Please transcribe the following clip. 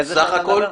סך הכול?